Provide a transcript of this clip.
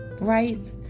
Right